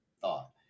thought